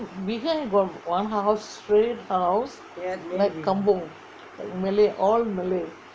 then behind got one house straight house that kampung malay all malay